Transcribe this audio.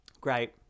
Great